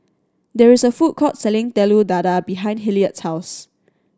there is a food court selling Telur Dadah behind Hilliard's house